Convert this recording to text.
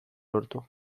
lortu